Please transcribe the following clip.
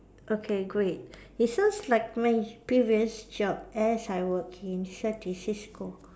okay great it sounds like my previous job as I work in certis cisco